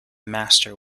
master